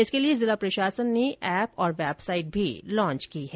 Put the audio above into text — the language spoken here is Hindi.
इसके लिए जिला प्रशासन ने एप और वेबसाइट लॉन्च की है